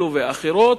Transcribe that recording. אלו ואחרות,